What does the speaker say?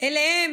שאליהן